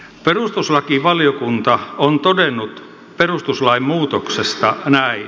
perustuslakivaliokunta on todennut perustuslain muutoksesta näin